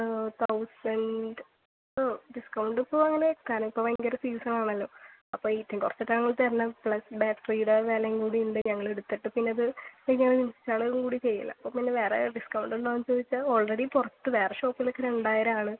thousand ആ discount ഇപ്പോൾ അങ്ങനെ കാരണം ഇപ്പോൾ ഭയങ്കര സീസൺ ആണല്ലോ അപ്പം ഏറ്റവും കുറച്ചിട്ടാണ് ഞങ്ങൾ തരുന്നത് പ്ലസ് ബാറ്ററിയുടെ വിലയും കൂടിയുണ്ട് ഞങ്ങൾ എടുത്തിട്ട് പിന്നെ അത് ശകലം കൂടി ചെയ്യണം അപ്പോൾ പിന്നെ വേറെ ഡിസ്കൗണ്ട് ഉണ്ടോ എന്ന് ചോദിച്ചാൽ ഓൾറെഡി പുറത്ത് വേറെ ഷോപ്പിലൊക്കെ രണ്ടായിരമാണ്